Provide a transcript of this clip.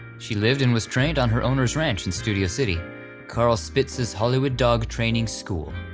she lived and was trained on her owner's ranch in studio city carl spitz's hollywood dog training school.